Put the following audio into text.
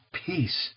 peace